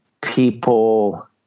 people